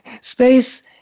space